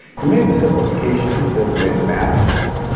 he made the simplification because it made the math easy.